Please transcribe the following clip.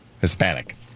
Hispanic